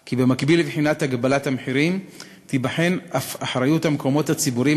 כי במקביל לבחינת הגבלת המחירים תיבחן אף אחריות המקומות הציבוריים